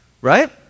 Right